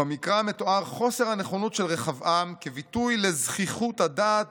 "במקרא מתואר חוסר הנכונות של רחבעם כביטוי לזחיחות הדעת